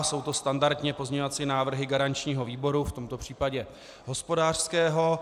Jsou to standardně pozměňovací návrhy garančního výboru, v tomto případě hospodářského.